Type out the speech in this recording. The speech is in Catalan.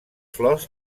flors